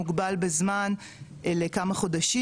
מוגבל בזמן לכמה חודשים,